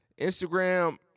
Instagram